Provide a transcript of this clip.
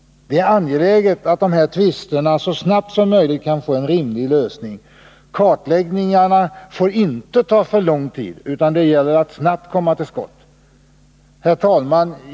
Det är angeläget att de här tvisterna så snabbt som möjligt kan få en rimlig lösning. Kartläggningarna får inte ta för lång tid, utan det gäller att snabbt komma till skott. Herr talman!